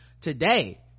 today